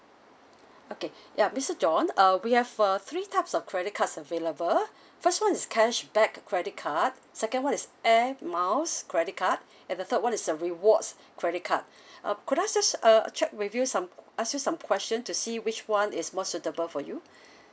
okay ya mister john uh we have a three types of credit cards available first one is cashback credit card second one is air miles credit card and the third one is a rewards credit card uh could I just uh check with you some ask you some question to see which one is more suitable for you